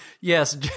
Yes